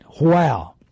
Wow